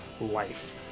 life